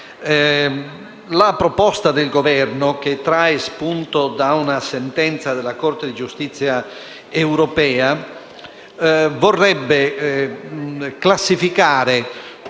La proposta del Governo, che trae spunto da una sentenza della Corte di giustizia europea, vorrebbe classificare